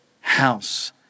house